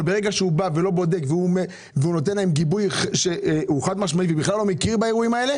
ברגע שהוא לא בודק והוא נותן להם גיבוי והוא בכלל לא מכיר באירועים האלה